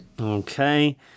Okay